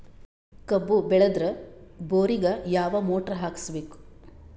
ಕಬ್ಬು ಬೇಳದರ್ ಬೋರಿಗ ಯಾವ ಮೋಟ್ರ ಹಾಕಿಸಬೇಕು?